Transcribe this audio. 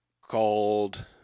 called